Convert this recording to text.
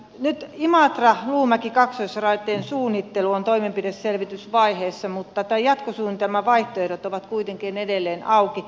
nyt imatraluumäki kaksoisraiteen suunnittelu on toimenpideselvitysvaiheessa mutta tämän jatkosuunnitelman vaihtoehdot ovat kuitenkin edelleen auki